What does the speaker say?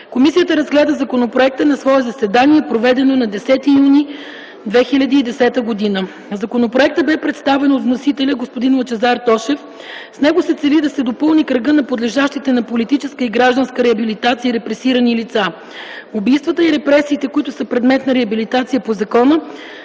„Комисията разгледа законопроекта на свое заседание, проведено на 10 юни 2010 г. Законопроектът бе представен от вносителя – господин Лъчезар Тошев. С него се цели да се допълни кръга на подлежащите на политическа и гражданска реабилитация репресирани лица. Убийствата и репресиите, които са предмет на реабилитация по закона,